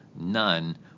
none